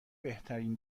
بهترین